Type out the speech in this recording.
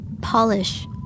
Polish